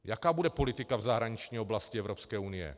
Jaká bude politika v zahraniční oblasti Evropské unie?